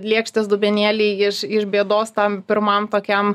lėkštės dubenėliai iš iš bėdos tam pirmam tokiam